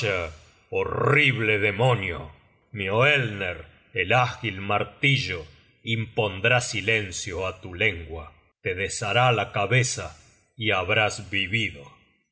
horrible demonio mioelner el ágil martillo impondrá silencio á tu lengua te deshará la cabeza y habrás vivido